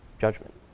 judgment